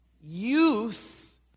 Use